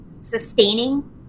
sustaining